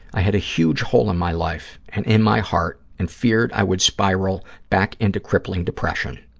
i had a huge hole in my life and in my heart and feared i would spiral back into crippling depression.